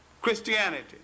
Christianity